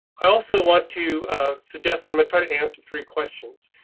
i also want to suggest that i try to answer three questions.